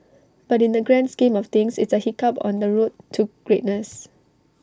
but in the grand scheme of things it's A hiccup on the road to greatness